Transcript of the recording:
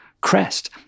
Crest